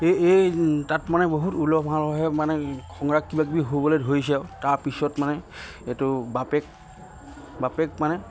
এই এই তাত মানে বহুত উলহ মালহেৰে মানে খং ৰাগ কিবাকিবি হ'বলৈ ধৰিছে আৰু তাৰপিছত মানে এইটো বাপেক বাপেক মানে